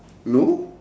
no